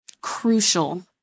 crucial